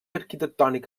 arquitectònic